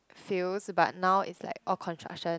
fields but now it's like all construction